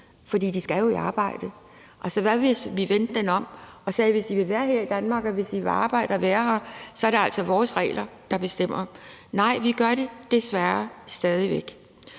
fordi de jo skal i arbejde. Hvad nu, hvis vi vendte den om og sagde, at det, hvis I vil være her i Danmark, og hvis I vil arbejde her, altså er vores regler, der bestemmer? Nej, vi gør det desværre stadig væk,